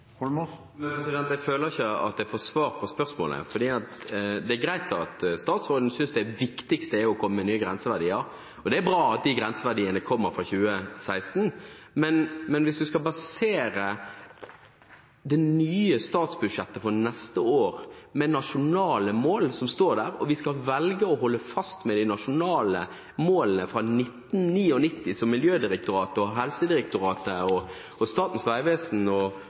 Jeg føler ikke at jeg får svar på spørsmålet. Det er greit at statsråden synes det viktigste er å komme med nye grenseverdier, og det er bra at de grenseverdiene kommer fra 2016. Men hvis man skal basere statsbudsjettet for neste år på nasjonale mål som står der, og vi velger å holde fast ved de nasjonale målene fra 1999 som Miljødirektoratet, Helsedirektoratet, Statens vegvesen og Folkehelseinstituttet sier er utdaterte, hvorfor velger man da å se bort fra kunnskap om hva man skal styre etter, og